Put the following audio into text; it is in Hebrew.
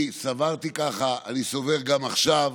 אני סברתי ככה, אני סובר גם עכשיו,